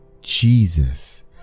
Jesus